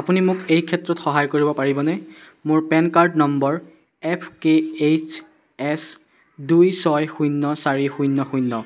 আপুনি মোক এই ক্ষেত্ৰত সহায় কৰিব পাৰিবনে মোৰ PAN card number F K H S দুই ছয় শূন্য চাৰি শূন্য শূন্য